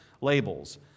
labels